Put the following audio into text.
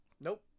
Nope